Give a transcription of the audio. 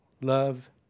love